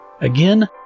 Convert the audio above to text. again